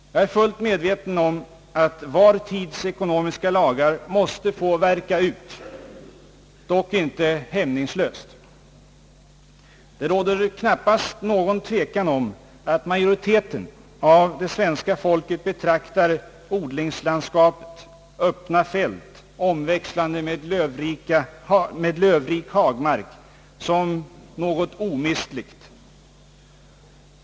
Jag är fullt medveten om att var tids ekonomiska lagar måste få verka, dock inte hämningslöst. Det råder knappast någon tvekan om att majoriteten av det svenska folket betraktar odlingslandskapet — öppna fält omväxlande med lövrik hagmark — som något omistligt.